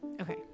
Okay